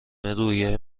روحیه